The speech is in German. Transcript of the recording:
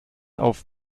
auf